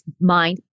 mind